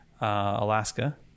Alaska